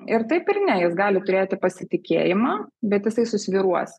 ir taip ir ne jis gali turėti pasitikėjimą bet jisai susvyruos